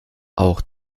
auch